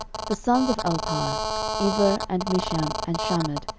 the sons of elpaal eber, and misham, and shamed,